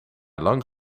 lang